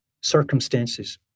circumstances